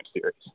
series